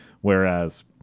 whereas